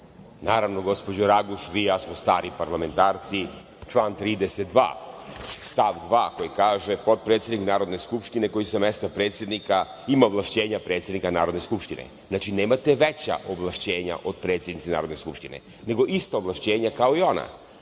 Naravno, gospođo Raguš, vi i ja smo stari parlamentarci. Član 32. stav 2. koji kaže: „potpredsednik Narodne skupštine koji sa mesta predsednika ima ovlašćenja predsednika Narodne skupštine“. Znači, nemate veća ovlašćenja od predsednice Narodne skupštine, nego ista ovlašćenja kao i ona